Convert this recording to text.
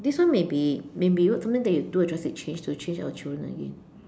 this one maybe maybe what something that you do a drastic change to change our children again